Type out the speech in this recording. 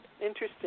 Interesting